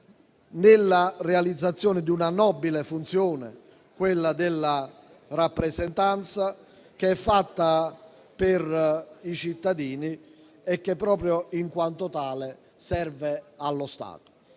nella realizzazione di una nobile funzione, quella della rappresentanza, che è fatta per i cittadini e che proprio in quanto tale serve allo Stato.